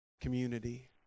community